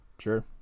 Sure